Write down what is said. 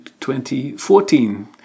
2014